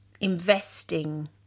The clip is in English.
investing